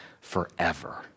forever